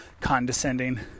condescending